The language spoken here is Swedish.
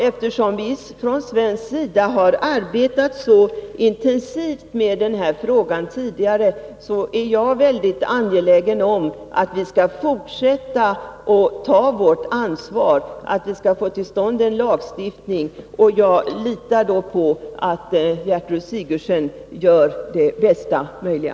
Eftersom vi från svensk sida har arbetat så intensivt med denna fråga tidigare, är jag mycket angelägen om att vi skall fortsätta att ta vårt ansvar. Vi bör få till stånd en lagstiftning. Jag litar på att Gertrud Sigurdsen gör det bästa möjliga.